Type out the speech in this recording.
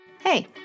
Hey